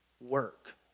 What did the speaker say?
work